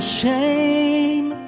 shame